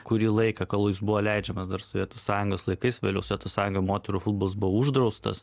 kurį laiką kol jis buvo leidžiamas dar sovietų sąjungos laikais vėliau sovietų sąjunga moterų futbolas buvo uždraustas